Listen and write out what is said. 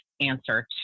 answer